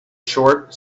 short